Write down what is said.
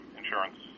insurance